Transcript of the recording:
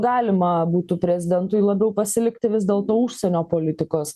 galima būtų prezidentui labiau pasilikti vis dėlto užsienio politikos